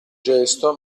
gesto